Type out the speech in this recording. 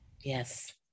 Yes